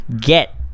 get